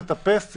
לטפס,